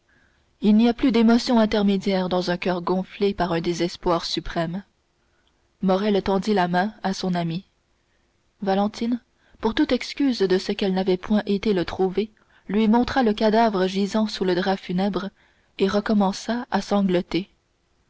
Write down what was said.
il n'y a plus d'émotions intermédiaires dans un coeur gonflé par un désespoir suprême morrel tendit la main à son amie valentine pour toute excuse de ce qu'elle n'avait point été le trouver lui montra le cadavre gisant sous le drap funèbre et recommença à sangloter